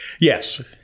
yes